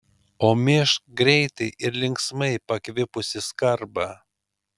o mėžk greitai ir linksmai pakvipusį skarbą